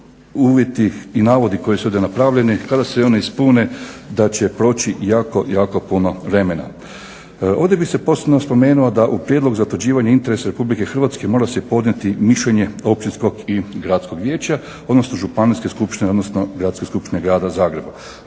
uvjeti i navodi koji su ovdje napravljeni, kada se oni ispune da će proći jako, jako puno vremena. Ovdje bih se posebno spomenuo da u prijedlog za utvrđivanje interesa Republike Hrvatske mora se podnijeti mišljenje općinskog i gradskog vijeća, odnosno Županijske skupštine odnosno Gradske skupštine grada Zagreba.